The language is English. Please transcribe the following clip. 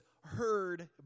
heard